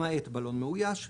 למעט בלון מאויש,